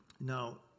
now